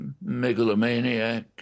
megalomaniac